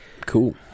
Cool